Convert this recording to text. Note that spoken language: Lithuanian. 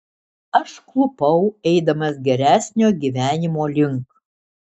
aš klupau eidamas geresnio gyvenimo link